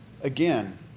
Again